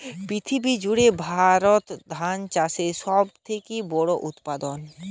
পৃথিবী জুড়ে ভারত ধান চাষের সব থেকে বড় উৎপাদক